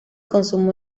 consumo